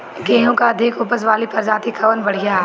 गेहूँ क अधिक ऊपज वाली प्रजाति कवन बढ़ियां ह?